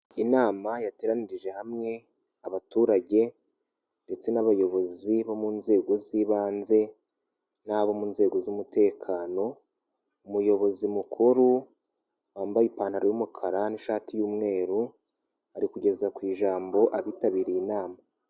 Inama yateranirije hamwe abaturage ndetse n'abayobozi bo mu nzego z'ibanze n'abo mu nzego z'umutekano, umuyobozi mukuru wambaye ipantaro y'umukara n'ishati y'umweru, ari kugeza ku ijambo abitabiriye inama.